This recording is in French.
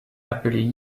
appelée